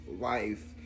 life